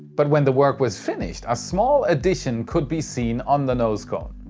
but when the work was finished, a small addition could be seen on the nose cone.